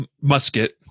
musket